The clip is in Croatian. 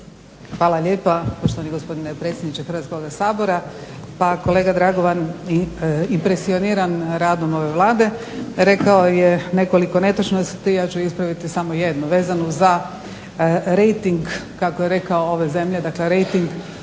Hvala lijepa. Poštovani gospodine predsjedniče Hrvatskog sabora. Pa kolega Dragovan impresioniran radom ove Vlade rekao je nekoliko netočnosti, ja ću ispraviti samo jednu vezanu za rejting kako je rekao ove zemlje, dakle rejting